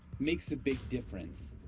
makes a big difference.